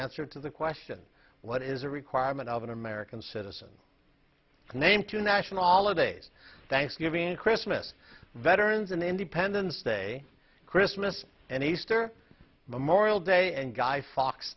answer to the question what is the requirement of an american citizen name two national holidays thanksgiving christmas veterans an independence day christmas and easter memorial day and guy f